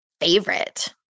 favorite